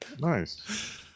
Nice